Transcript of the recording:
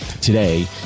Today